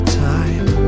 time